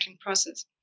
process